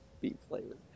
Beef-flavored